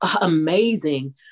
amazing